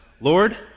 Lord